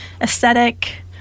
aesthetic